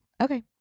Okay